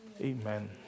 Amen